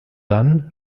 dann